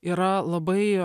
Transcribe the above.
yra labai